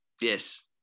yes